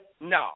no